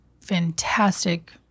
fantastic